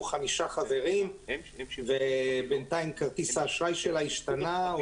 חמישה חברים ובינתיים כרטיס האשראי שלו השתנה.